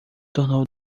tornou